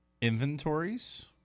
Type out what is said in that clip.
inventories